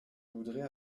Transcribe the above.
voudrais